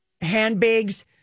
handbags